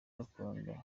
gakondo